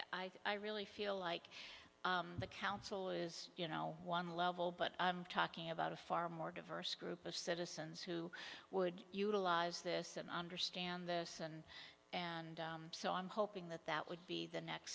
or i really feel like the council is you know one level but i'm talking about a far more diverse group of citizens who would utilize this and understand this and and so i'm hoping that that would be the next